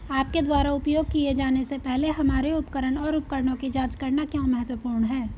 आपके द्वारा उपयोग किए जाने से पहले हमारे उपकरण और उपकरणों की जांच करना क्यों महत्वपूर्ण है?